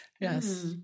Yes